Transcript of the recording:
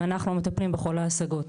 ואנחנו מטפלים בכל ההשגות.